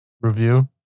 review